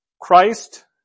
Christ